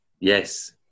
yes